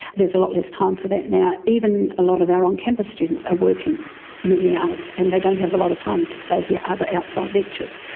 there's a lot less time for that now. even a lot of our on-campus students are working many hours and they don't have a lot of time to stay here, other outside lectures.